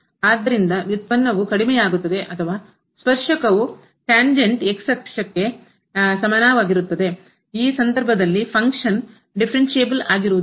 ಆದ್ದರಿಂದ ವ್ಯುತ್ಪನ್ನವು ಕಣ್ಮರೆಯಾಗುತ್ತದೆ ಅಥವಾ ಸ್ಪರ್ಶಕವು ಸಮಾನಾಂತರವಾಗಿರುತ್ತದೆ ಈ ಸಂದರ್ಭದಲ್ಲಿ ಫಂಕ್ಷನ್ ಕಾರ್ಯವು ಡಿಫರೆನ್ಷಿಯಬಲ್ ಆಗಿರುವುದಿಲ್ಲ